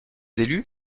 élus